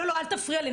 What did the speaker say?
לא, לא, אל תפריע לי.